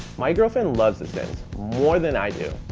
my girlfriend loves the sims more than i do.